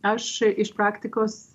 aš iš praktikos